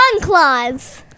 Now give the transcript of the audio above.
Claws